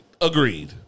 Agreed